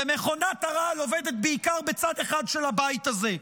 מכונת הרעל עובדת בעיקר בצד אחד של הבית הזה.